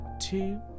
Two